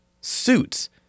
suits